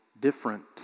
different